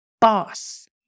boss